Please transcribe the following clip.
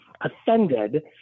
offended